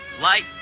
light